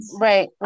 right